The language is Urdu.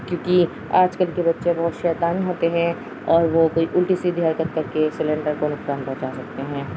کیونکہ آج کل کے بچے بہت شییدان ہوتے ہیں اور وہ کوئی الٹی سی دھیر کرت کر کے سلینڈر کو نقصان پہنچا سکتے ہیں